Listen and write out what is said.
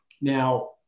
Now